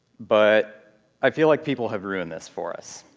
but i feel like people have ruined this for us.